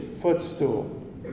footstool